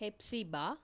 Hepsiba